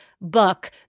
book